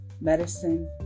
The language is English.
medicine